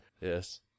Yes